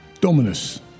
Dominus